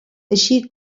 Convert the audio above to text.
així